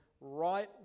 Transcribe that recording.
right